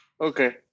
Okay